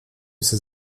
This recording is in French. ces